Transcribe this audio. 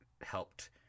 helped